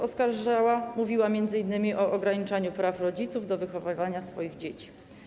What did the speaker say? Oskarżała, mówiła m.in. o ograniczaniu praw rodziców do wychowywania swoich dzieci.